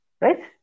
right